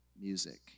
music